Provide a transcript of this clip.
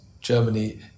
Germany